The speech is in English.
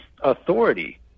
authority